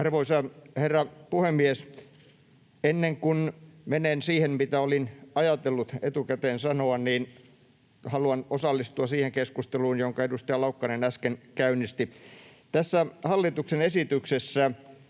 Arvoisa herra puhemies! Ennen kuin menen siihen, mitä olin ajatellut etukäteen sanoa, haluan osallistua siihen keskusteluun, jonka edustaja Laukkanen äsken käynnisti. Tämän hallituksen esityksen